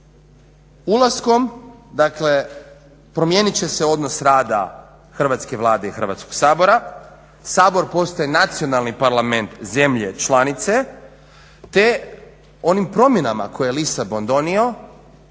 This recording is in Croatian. dakle promijenit će se odnos rada hrvatske Vlade i Hrvatskog sabora, Sabor postaje nacionalni Parlament zemlje članice, te onim promjenama koje je Lisabon donio